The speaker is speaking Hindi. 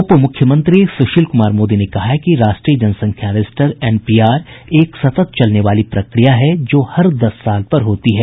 उप मुख्यमंत्री सुशील कुमार मोदी ने कहा है कि राष्ट्रीय जनसंख्या रजिस्टर एनपीआर एक सतत चलने वाली प्रक्रिया है जो हर दस साल पर होती है